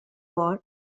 war